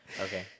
Okay